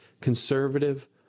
conservative